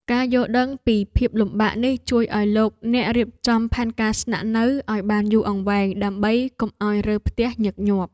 ការយល់ដឹងពីភាពលំបាកនេះជួយឱ្យលោកអ្នករៀបចំផែនការស្នាក់នៅឱ្យបានយូរអង្វែងដើម្បីកុំឱ្យរើផ្ទះញឹកញាប់។